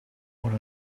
one